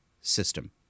system